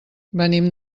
venim